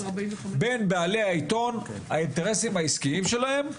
בין בעלי העיתון האינטרסים העסקיים שלהם,